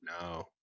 No